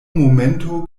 momento